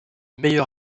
meilleur